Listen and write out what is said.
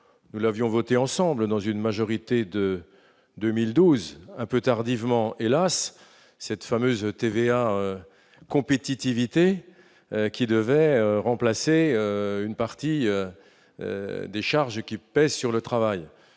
nous l'avions voté ensemble dans une majorité de 2012, un peu tardivement, hélas, cette fameuse TVA compétitivité qui devait remplacer une partie des charges qui pèsent sur le travail,